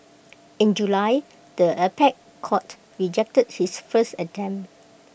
in July the apex court rejected his first attempt